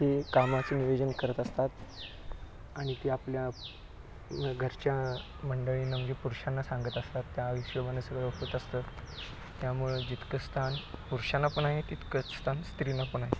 हे कामाचे नियोजन करत असतात आणि ते आपल्या घरच्या मंडळीना म्हणजे पुरुषांना सांगत असतात त्या हिशोबानं सगळं होत असतं त्यामुळे जितकं स्थान पुरुषांना पण आहे तितकं स्थान स्त्रियाना पण आहे